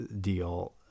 deal